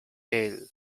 tail